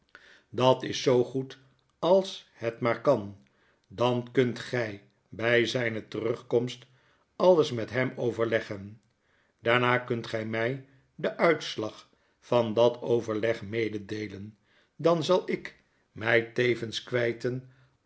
dat is zoo goed als het maar kan dan kunt gy by zyne terugkomst alles met hem overleggen daarna kunt gij my den uitslag van dat overleg mededeelen dan zal ik my tevens kwijten